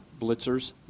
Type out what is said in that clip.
blitzers